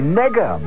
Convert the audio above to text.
nega